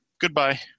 goodbye